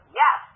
yes